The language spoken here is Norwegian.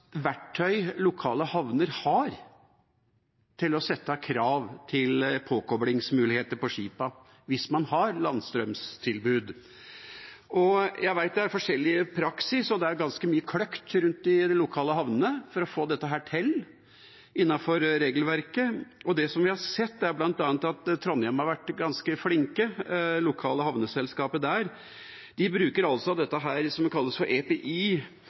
verktøy lokale havner har til å sette krav til påkoblingsmuligheter på skipene hvis man har landstrømtilbud. Jeg vet det er forskjellig praksis, og det er ganske mye kløkt rundt i de lokale havnene for å få dette til innenfor regelverket. Det som vi har sett, er bl.a. at Trondheim har vært ganske flinke, det lokale havneselskapet der. De bruker det som kalles for EPI,